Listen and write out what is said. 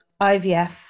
IVF